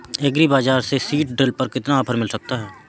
Agree बाजार से seed drill पर कितना ऑफर मिल सकता है?